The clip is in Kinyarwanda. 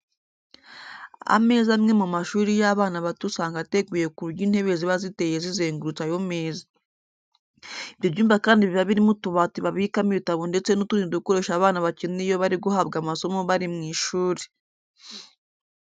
Ameza amwe mu mashuri y'abana bato usanga ateguye ku buryo intebe ziba ziteye zizengurutse ayo meza. Ibyo byumba kandi biba birimo utubati babikamo ibitabo ndetse n'utundi dukoresho abana bakenera iyo bari guhabwa amasomo bari mu ishuri.